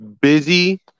busy